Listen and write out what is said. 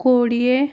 କୋଡିଏ